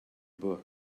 book